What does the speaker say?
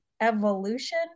evolution